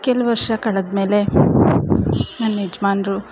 ಕೆಲ್ವು ವರ್ಷ ಕಳೆದ್ಮೇಲೆ ನನ್ನ ಯಜಮಾನ್ರು